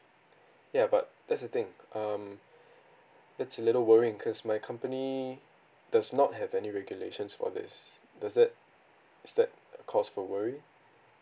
ya but that's the thing um it's a little worrying cause my company does not have any regulations for this does that is that a cause for worry